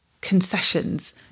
concessions